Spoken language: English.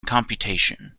computation